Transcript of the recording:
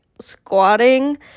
squatting